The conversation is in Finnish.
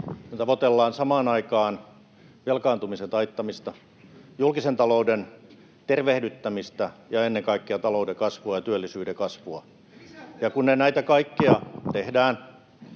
tavoitellaan samaan aikaan velkaantumisen taittamista, julkisen talouden tervehdyttämistä ja ennen kaikkea talouden kasvua ja työllisyyden kasvua. [Jussi Saramon